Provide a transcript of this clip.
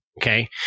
Okay